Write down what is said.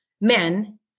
men